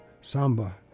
Samba